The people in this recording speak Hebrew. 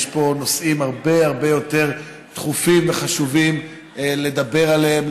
יש פה נושאים הרבה הרבה יותר דחופים וחשובים לדבר עליהם,